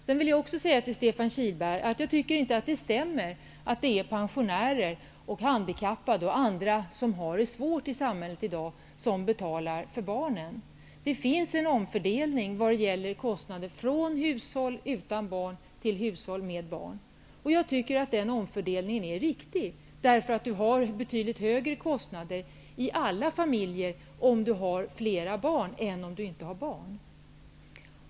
Jag vill också säga till Stefan Kihlberg att jag inte tycker att det stämmer att det är pensionärer, handikappade och andra som har det svårt i sam hället i dag som betalar för barnen. Det sker en omfördelning av kostnader från hushåll utan barn till hushåll med barn. Jag tycker att den omfördel ningen är riktig. En familj som har flera barn har större kostnader än en familj som inte har barn.